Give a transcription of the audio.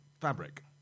fabric